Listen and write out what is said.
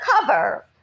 cover